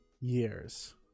years